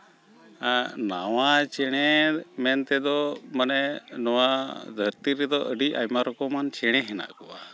ᱱᱟᱣᱟ ᱪᱮᱬᱮ ᱢᱮᱱ ᱛᱮᱫᱚ ᱢᱟᱱᱮ ᱱᱚᱣᱟ ᱫᱷᱟᱹᱨᱛᱤ ᱨᱮᱫᱚ ᱟᱹᱰᱤ ᱟᱭᱢᱟ ᱨᱚᱠᱚᱢᱟᱱ ᱪᱮᱬᱮ ᱦᱮᱱᱟᱜ ᱠᱚᱣᱟ